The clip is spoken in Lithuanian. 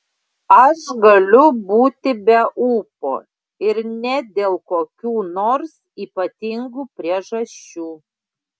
aš galiu būti be ūpo ir ne dėl kokių nors ypatingų priežasčių